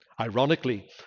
Ironically